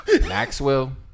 maxwell